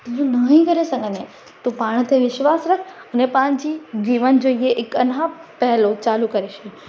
त तूं न ई करे सघंदी आहें तू पाण ते विश्वास रखु अने पंहिंजी जीवन जे इहे हिकु अञा पहलू चालू करे छॾि